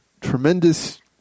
tremendous